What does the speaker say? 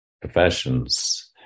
professions